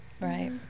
Right